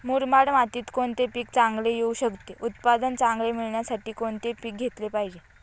मुरमाड मातीत कोणते पीक चांगले येऊ शकते? उत्पादन चांगले मिळण्यासाठी कोणते पीक घेतले पाहिजे?